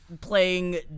playing